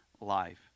life